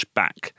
back